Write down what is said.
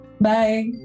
Bye